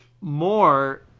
more